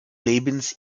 lebens